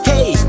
Hey